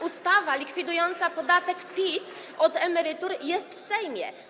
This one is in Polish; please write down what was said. Ustawa likwidująca podatek PIT od emerytur jest w Sejmie.